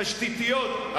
תשתיתיות,